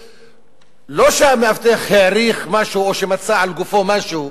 לא שהמאבטח העריך משהו או שמצא על גופו משהו,